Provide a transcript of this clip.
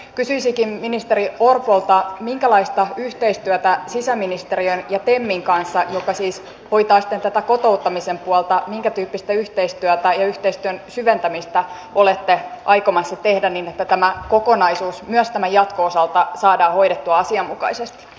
kysyisinkin ministeri orpolta minkälaista yhteistyötä ja yhteistyön syventämistä olette sisäministeriön ja temin kanssa joka siis hoitaa sitten tätä kotouttamisen puolta minkä tyyppistä yhteistyö aineyhteistyön syventämistä olette aikomassa tehdä niin että tämä kokonaisuus myös tämän jatkon osalta saadaan hoidettua asianmukaisesti